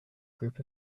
group